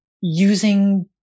using